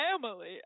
family